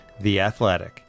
theathletic